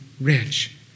rich